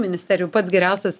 ministerijų pats geriausias